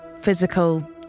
physical